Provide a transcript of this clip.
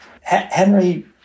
Henry